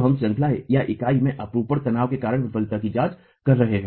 हम श्रंखलाइकाई में अपरूपण तनाव के कारण विफलता की जांच कर रहे हैं